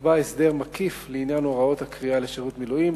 נקבע הסדר מקיף לעניין הוראות הקריאה לשירות מילואים,